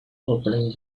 opening